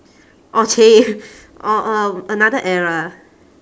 oh !chey! oh um another era